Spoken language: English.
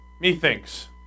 methinks